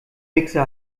mixer